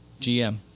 GM